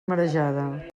marejada